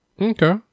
Okay